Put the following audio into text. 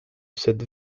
cette